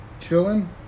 chilling